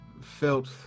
felt